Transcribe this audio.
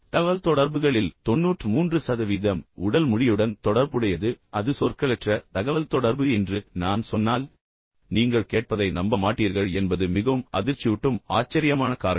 தகவல்தொடர்புகளில் 93 சதவீதம் உடல் மொழியுடன் தொடர்புடையது அது சொற்களற்ற தகவல்தொடர்பு என்று நான் சொன்னால் நீங்கள் கேட்பதை நம்ப மாட்டீர்கள் என்பது மிகவும் அதிர்ச்சியூட்டும் ஆச்சரியமான காரணி